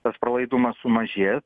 tas pralaidumas sumažės